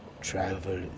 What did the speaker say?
travel